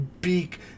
beak